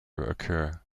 occur